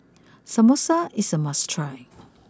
Samosa is a must try